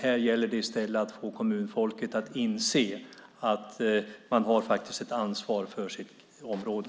I stället gäller det att få kommunfolket att inse att de har ett ansvar för sitt område.